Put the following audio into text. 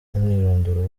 umwirondoro